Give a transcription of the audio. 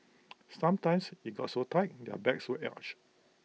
sometimes IT got so tight in their backs were arched